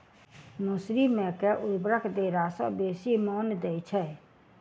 मसूरी मे केँ उर्वरक देला सऽ बेसी मॉनी दइ छै?